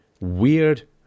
weird